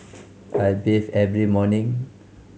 I bathe every morning